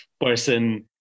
person